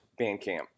Bandcamp